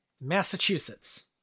Massachusetts